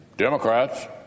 Democrats